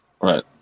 right